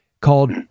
called